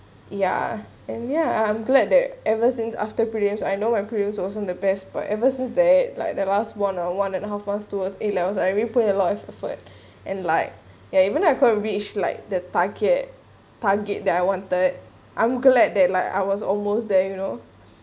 ya and ya I'm I'm glad that ever since after prelims I know when prelims also the best but ever since that like the last one or one and a half points towards A levels I really put a lot of effort and like yeah even I couldn't reach like the target target that I wanted I'm glad that like I was almost there you know